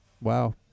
Wow